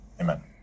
amen